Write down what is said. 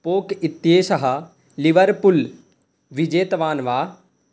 poke इत्येषः Liverpool विजेतवान् वा